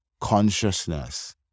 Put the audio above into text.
consciousness